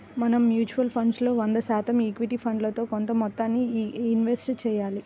మనం mutual funds లో వంద శాతం ఈక్విటీ ఫండ్లలో కొంత మొత్తాన్నే ఇన్వెస్ట్ చెయ్యాలి